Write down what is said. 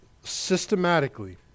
systematically